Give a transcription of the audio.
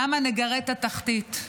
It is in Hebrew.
כמה נגרד את התחתית?